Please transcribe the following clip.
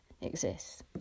exists